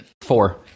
four